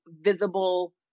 visible